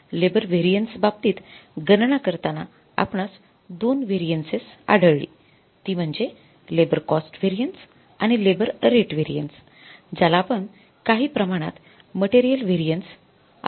labour variance बाबतीत गणना करताना आपणास २ व्हेरिएंसिस आढळली ती म्हणजे लेबर कॉस्ट व्हेरिएन्स आणि लेबर रेट व्हेरिएन्स ज्याला आपण काही प्रमाणात मटेरियल व्हेरिएंसिस हि संबोधतो